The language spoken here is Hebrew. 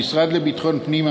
המשרד לביטחון הפנים,